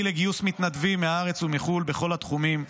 לגיוס מתנדבים מהארץ ומחו"ל בכל התחומים,